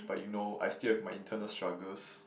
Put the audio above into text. but you know I still have my internal struggles